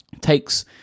takes